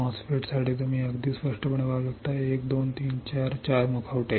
MOSFET साठी तुम्ही अगदी स्पष्टपणे पाहू शकता 1 2 3 4 4 मुखवटा